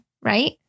right